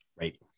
right